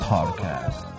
Podcast